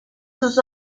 sus